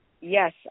Yes